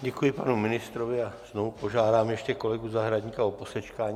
Děkuji panu ministrovi a znovu požádám ještě kolegu Zahradníka o posečkání.